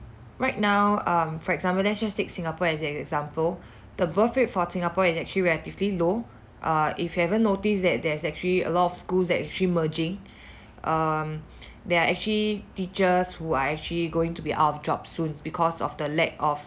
right now um for example let's just take singapore as an example the birth rate for singapore is actually relatively low err if you have ever noticed that there is actually a lot of schools that is actually merging um there are actually teachers who are actually going to be out of job soon because of the lack of